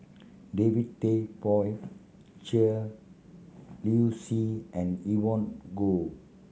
David Tay Poey Cher Liu Si and Evon Kow